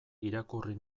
irakurri